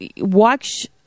watch